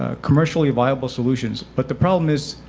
ah commercially viable solutions. but the problem is,